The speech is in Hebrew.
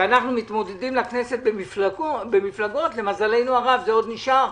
שאנחנו מתמודדים לכנסת במפלגות - למזלנו הרב זה עוד נשאר.